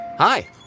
Hi